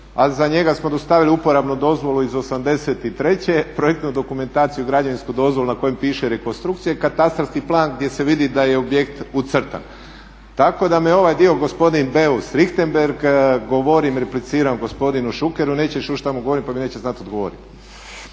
za njega smo dostavili uporabnu dozvolu iz '83., projektnu dokumentaciju i građevinsku dozvolu na kojoj piše rekonstrukcija i katastarski plan gdje se vidi da je objekt ucrtan. Tako da me ovaj dio gospodin Beus Richembergh govorim i repliciram gospodinu Šukeru pa neće čuti što mu govorim pa mi neće znati odgovoriti.